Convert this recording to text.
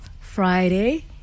friday